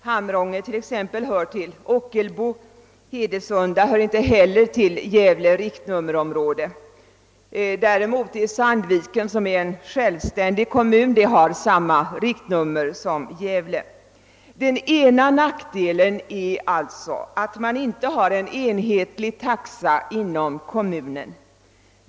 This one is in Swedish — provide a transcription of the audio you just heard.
Hamrånge t.ex. hör till Ockelbo, och Hedesunda hör inte heller till Gävle riktnummerområde. Däremot har Sandviken, som är en självständig kommun, samma riktnummer som Gävle. Den ena nackdelen är alltså att man inte har en enhetlig taxa inom kommunen.